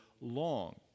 long